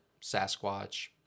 Sasquatch